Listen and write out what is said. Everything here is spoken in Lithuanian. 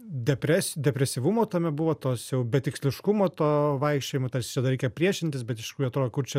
depresi depresyvumo tame buvo tos jau betiksliškumo to vaikščiojimo tarsi čia dar reikia priešintis bet iš tikrųjų atrodo kur čia